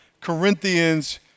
Corinthians